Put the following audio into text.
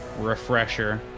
Refresher